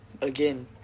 again